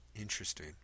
interesting